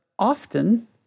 often